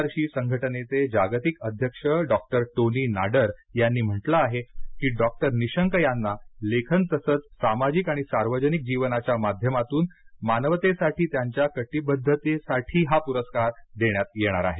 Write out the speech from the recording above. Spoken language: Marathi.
महर्षि संघटनेचे जागतिक अध्यक्ष डॉ टोनी नाडर यांनी म्हटलं आहे की डॉक्टर निशंक यांना लेखन तसंच सामाजिक आणि सार्वजनिक जीवनाच्या माध्यमातून मानवतेसाठी त्यांच्या कटिबद्धतेसाठी हा पुरस्कार त्यांना देण्यात येणार आहे